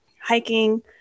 hiking